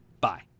Bye